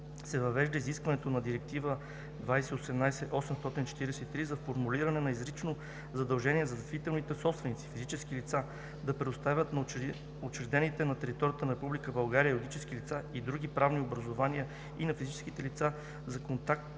се въвежда изискването на Директива (ЕС) 2018/843 за формулиране на изрично задължение за действителните собственици – физически лица, да предоставят на учредените на територията на Република България юридически лица и други правни образувания и на физическите лица за контакт